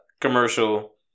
commercial